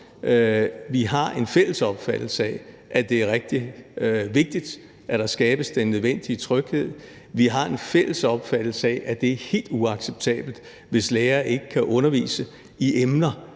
vi har en fælles opfattelse af, at det er rigtig vigtigt, at der skabes den nødvendige tryghed, og at vi har en fælles opfattelse af, at det er helt uacceptabelt, hvis lærere ikke kan undervise i emner,